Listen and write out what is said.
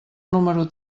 número